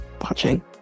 watching